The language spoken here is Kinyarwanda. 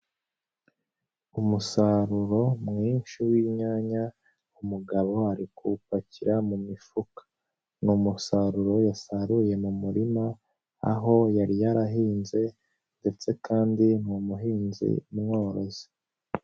Umusaruro mwinshi w'inyanya umugabo ari kuwupakira mu mifuka, ni umusaruro yasaruye mu murima aho yari yarahinze ndetse kandi ni umuhinzi mworozi.